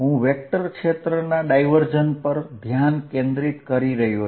હું વેક્ટર ક્ષેત્રના ડાયવર્જન્સ પર ધ્યાન કેન્દ્રિત કરીશ